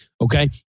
okay